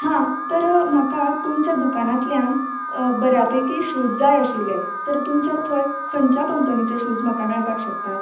हां तर म्हाका तुमच्या दुकानांतल्यान बऱ्या पयकी शूज जाय आशिल्लें तर तुमच्या थंय खंयच्या कंपनीचे शूज म्हाका मेळपाक शकतात